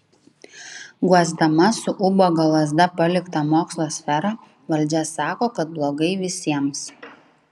guosdama su ubago lazda paliktą mokslo sferą valdžia sako kad blogai visiems